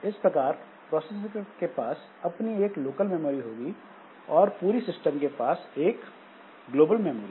इस प्रकार प्रोसेसर के पास अपनी एक लोकल मेमोरी होगी और पूरी सिस्टम के पास एक ग्लोबल मेमोरी